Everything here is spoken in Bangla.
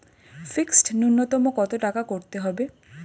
ফিক্সড নুন্যতম কত টাকা করতে হবে?